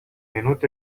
minut